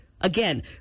Again